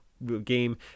Game